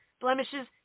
blemishes